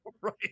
right